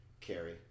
Carrie